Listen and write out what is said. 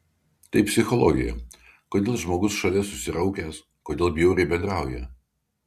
tai psichologija kodėl žmogus šalia susiraukęs kodėl bjauriai bendrauja